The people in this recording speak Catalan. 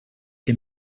que